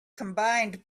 combined